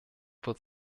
wird